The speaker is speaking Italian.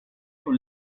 con